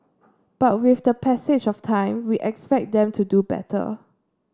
but with the passage of time we expect them to do better